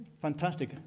fantastic